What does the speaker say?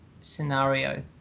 scenario